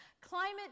Climate